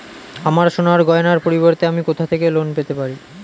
আমার সোনার গয়নার পরিবর্তে আমি কোথা থেকে লোন পেতে পারি?